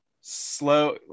slow